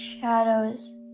Shadows